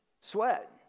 sweat